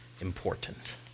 important